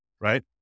right